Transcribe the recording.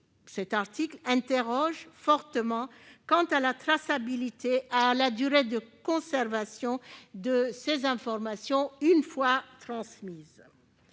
il interroge fortement quant à la traçabilité et à la durée de conservation de ces informations une fois transmises.